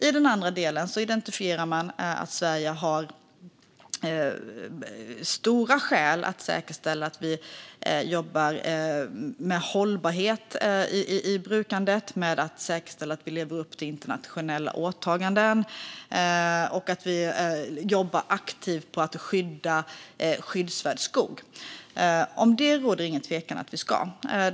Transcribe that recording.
I den andra delen slår man fast att Sverige har goda skäl att säkerställa att vi jobbar med hållbarhet i brukandet, att vi lever upp till internationella åtaganden och att vi jobbar aktivt med att skydda skyddsvärd skog. Det råder ingen tvekan om att vi ska göra detta.